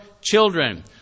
children